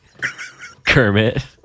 Kermit